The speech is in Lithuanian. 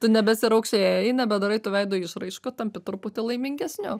tu nebesiraukšlėji nebedarai tų veido išraiškų tampi truputį laimingesniu